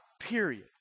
period